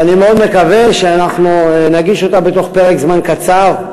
ואני מאוד מקווה שאנחנו נגיש אותה בתוך פרק זמן קצר,